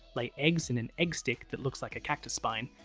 lay eggs in an egg stick that looks like a cactus spine,